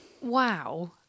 Wow